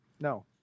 No